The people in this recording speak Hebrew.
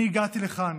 אני הגעתי לכאן,